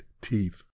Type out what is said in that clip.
teeth